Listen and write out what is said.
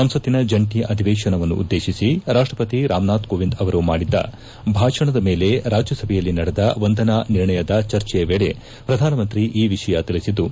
ಸಂಸತ್ತಿನ ಜಂಟಿ ಅಧೀವೇಶನವನ್ನುದ್ದೇಶಿಸಿ ರಾಷ್ಲಪತಿ ರಾಮನಾಥ್ ಕೋವಿಂದ್ ಅವರು ಮಾಡಿದ್ದ ಭಾಷಣದ ಮೇಲೆ ರಾಜ್ಯಸಭೆಯಲ್ಲಿ ನಡೆದ ವಂದನಾ ನಿರ್ಣಯದ ಚರ್ಚೆಯ ವೇಳೆ ಪ್ರಧಾನಮಂತ್ರಿ ಈ ವಿಷಯ ತಿಳಿಸಿದ್ದು